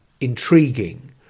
intriguing